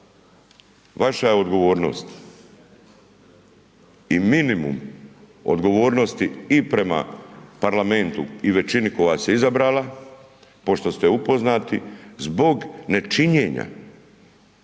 vaša je odgovornost i minimum odgovornosti i prema Parlamentu i većini koja vas je izabrala pošto ste upoznati zbog nečinjenja